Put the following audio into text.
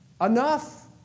enough